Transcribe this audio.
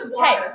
hey